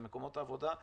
ומקומות עבודה,